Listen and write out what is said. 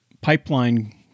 pipeline